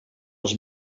els